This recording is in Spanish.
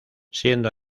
siendo